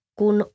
kun